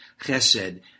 Chesed